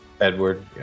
Edward